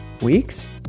weeks